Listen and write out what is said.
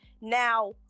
Now